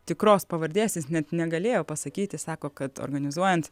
tikros pavardės jis net negalėjo pasakyti sako kad organizuojant